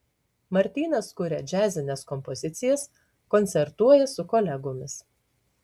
martynas kuria džiazines kompozicijas koncertuoja su kolegomis